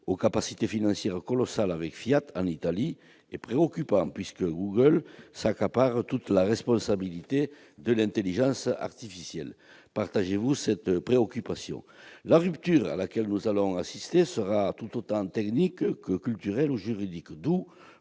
les capacités financières sont colossales, avec Fiat est préoccupant, Google s'arrogeant le domaine de l'intelligence artificielle. Partagez-vous cette préoccupation ? La rupture à laquelle nous allons assister sera tout autant technique que culturelle ou juridique, ce